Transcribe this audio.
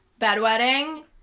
bedwetting